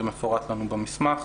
זה מפורט לנו במסמך.